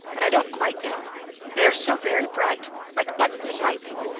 but i don't quite know they are so very bright like buttons of lightning.